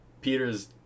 Peter's